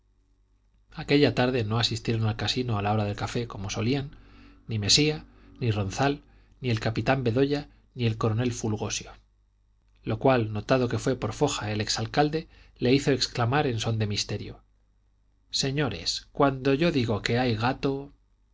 aquella tarde no asistieron al casino a la hora del café como solían ni mesía ni ronzal ni el capitán bedoya ni el coronel fulgosio lo cual notado que fue por foja el ex alcalde le hizo exclamar en son de misterio señores cuando yo digo que hay gato